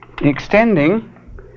extending